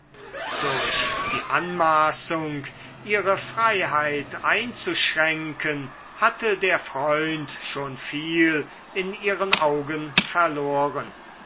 durch die anmaßung ihre freiheit einzuschränken hatte der freund schon viel in ihren augen verloren